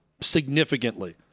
significantly